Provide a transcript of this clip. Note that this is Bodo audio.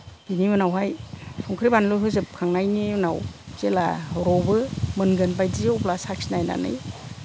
बिनि उनावहाय संख्रि बानलु होजोबखांनायनि उनाव जेब्ला रबो मोनगोन बायदि अब्ला साखिनायनानै